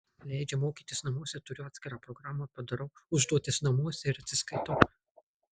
leidžia mokytis namuose turiu atskirą programą padarau užduotis namuose ir atsiskaitau